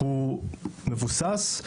הוא מבוסס,